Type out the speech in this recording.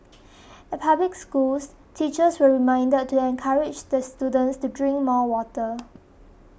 at public schools teachers were reminded to encourage the students to drink more water